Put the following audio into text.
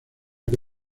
que